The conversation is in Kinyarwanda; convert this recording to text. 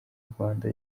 rwanda